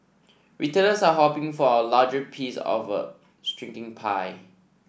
retailers are hoping for a larger piece of a shrinking pie